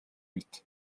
мэт